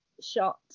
shot